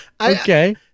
Okay